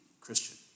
Christian